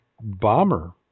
bomber